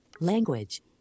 language